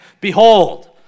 Behold